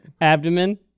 Abdomen